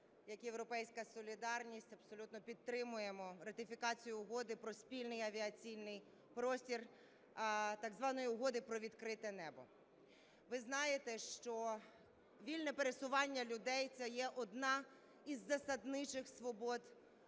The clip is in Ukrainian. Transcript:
як "Європейська солідарність" абсолютно підтримуємо ратифікацію Угоди про спільний авіаційний простір, так званої Угоди про "відкрите небо". Ви знаєте, що вільне пересування людей – це є одна із засадничих свобод,